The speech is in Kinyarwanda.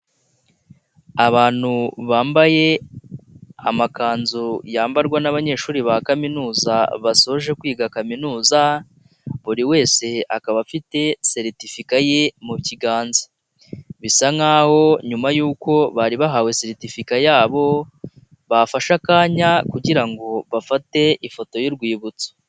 Abantu bambaye amakanzu yambarwa n'abanyeshuri ba kaminuza basoje kwiga kaminuza buri wese akaba afite seritifika ye mu kiganza, bisa nkaho nyuma y'uko bari bahawe seritifika yabo bafashe akanya kugira ngo bafate ifoto y'urwibutso.